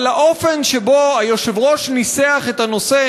אבל האופן שבו היושב-ראש ניסח את הנושא